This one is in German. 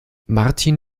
martin